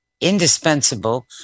indispensable